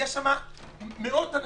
ראיתי שם מאות אנשים,